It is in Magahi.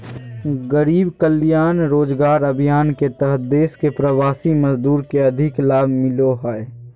गरीब कल्याण रोजगार अभियान के तहत देश के प्रवासी मजदूर के अधिक लाभ मिलो हय